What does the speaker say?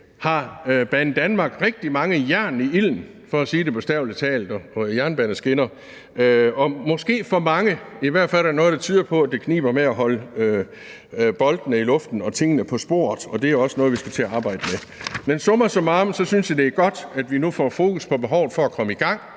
har Banedanmark rigtig mange jern i ilden, bogstavelig talt, jernbaneskinner, og måske for mange, for i hvert fald er der noget, der tyder på, at det kniber med at holde boldene i luften og tingene på sporet, og det er også noget, vi skal til at arbejde med. Men summa summarum synes jeg, det er godt, at vi nu får fokus på behovet for at komme i gang